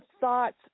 thoughts